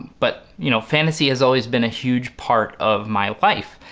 but you know fantasy has always been a huge part of my life.